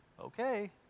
Okay